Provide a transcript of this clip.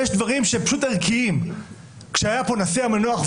כיוון שזה מה שמעסיק אותך- -- לא רק.